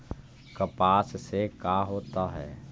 कपास से का होता है?